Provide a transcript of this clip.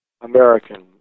American